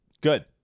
Good